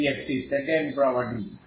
এটি একটি second property